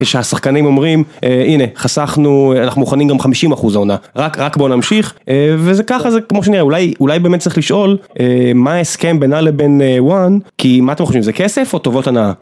שהשחקנים אומרים הנה חסכנו אנחנו מוכנים גם 50 אחוז העונה רק רק בוא נמשיך וזה ככה זה כמו שנראה אולי אולי באמת צריך לשאול מה ההסכם בינה לבין one כי מה אתם חושבים זה כסף או טובות הנאה.